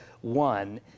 one